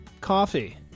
coffee